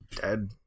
Dead